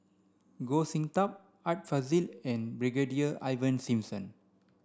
Goh Sin Tub Art Fazil and Brigadier Ivan Simson